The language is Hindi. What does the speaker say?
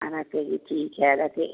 आधा के जी ठीक है आधा के